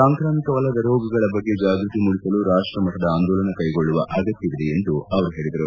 ಸಾಂಕ್ರಾಮಿಕವಲ್ಲದ ರೋಗಗಳ ಬಗ್ಗೆ ಜಾಗೃತಿ ಮೂಡಿಸಲು ರಾಷ್ಟಮಟ್ಟದ ಆಂದೋಲನ ಕೈಗೊಳ್ಳುವ ಅಗತ್ತವಿದೆ ಎಂದು ಅವರು ಹೇಳಿದರು